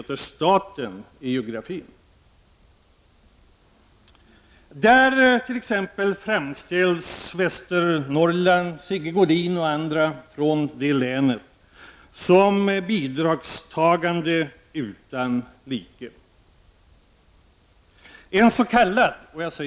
Där framställs t.ex. Västernorrland, Sigge Godin och andra, som ett bidragstagande län utan like.